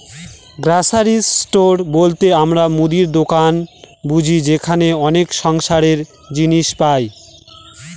grocery store বলতে আমরা মুদির দোকান বুঝি যেখানে অনেক সংসারের জিনিস পাই